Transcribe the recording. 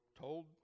told